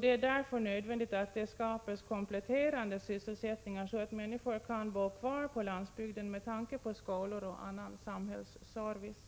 Det är därför nödvändigt att det skapas komplementsysselsättningar, så att människor kan bo kvar på landsbygden med tanke på skolor och annan samhällsservice.